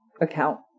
account